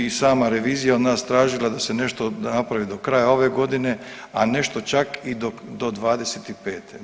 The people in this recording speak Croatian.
I sama revizija je od nas tražila da se nešto napravi do kraja ove godine, nešto čak i do 2025.